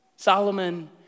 Solomon